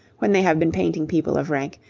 when they have been painting people of rank,